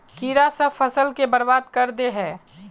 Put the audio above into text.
कीड़ा सब फ़सल के बर्बाद कर दे है?